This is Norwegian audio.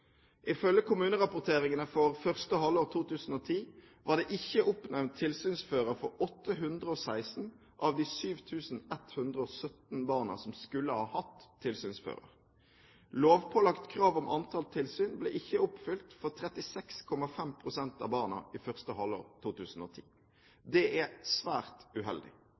for 816 av de 7 117 barna som skulle ha hatt tilsynsfører. Lovpålagt krav om antall tilsyn ble ikke oppfylt for 36,5 pst. av barna i første halvår 2010. Det er svært uheldig.